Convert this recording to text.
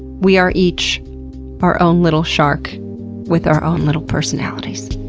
we are each our own little shark with our own little personalities.